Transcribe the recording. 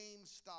GameStop